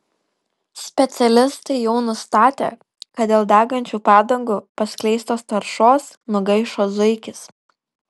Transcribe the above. specialistai jau nustatė kad dėl degančių padangų paskleistos taršos nugaišo zuikis